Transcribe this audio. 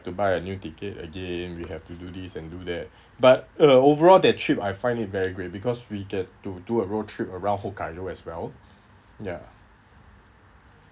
to buy a new ticket again we have to do this and do that but uh overall that trip I find it very great because we get to do a road trip around hokkaido as well ya